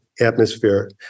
atmosphere